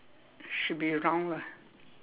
should be round lah